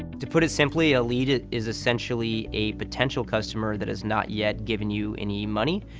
to put it simply, a lead it is essentially a potential customer that has not yet given you any money.